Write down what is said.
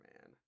man